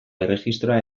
erregistroa